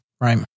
right